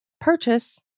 purchase